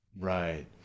Right